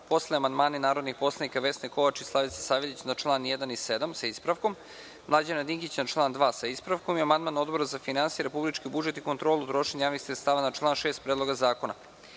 postali amandmani narodnih poslanika Vesne Kovač i Slavice Saveljić na članove 1. i 7, sa ispravkom, mr Mlađana Dinkića na član 2, sa ispravkom i amandman Odbora za finansije, republički budžet i kontrolu trošenja javnih sredstava na član 6. Predloga